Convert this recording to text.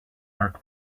earth